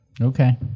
Okay